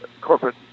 corporate